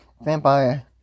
vampire